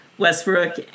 Westbrook